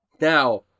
Now